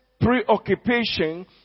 preoccupation